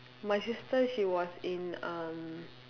my sister she was in um